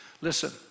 Listen